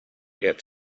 get